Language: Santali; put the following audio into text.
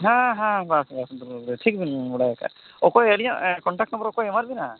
ᱦᱮᱸ ᱦᱮᱸ ᱵᱟᱥ ᱵᱟᱥ ᱴᱷᱤᱠ ᱵᱤᱱ ᱵᱟᱲᱟᱭ ᱠᱟᱜᱼᱟ ᱚᱠᱚᱭ ᱟᱹᱞᱤᱧᱟ ᱠᱚᱱᱴᱟᱠᱴ ᱱᱟᱢᱵᱟᱨ ᱚᱠᱚᱭ ᱮᱢᱟᱫ ᱵᱤᱱᱟᱭ